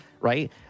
right